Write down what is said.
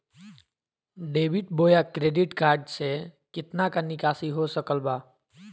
Debit बोया credit card से कितना का निकासी हो सकल बा?